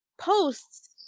posts